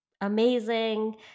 amazing